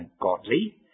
godly